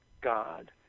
God